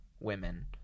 women